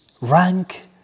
rank